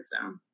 zone